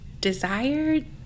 desired